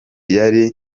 yari